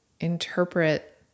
interpret